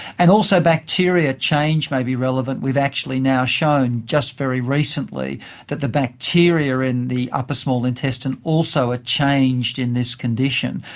and also bacteria change may be relevant. we've actually now shown just very recently that the bacteria in the upper small intestine also had changed in this condition,